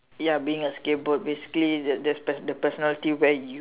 ya being a scapegoat basically there's the personality where you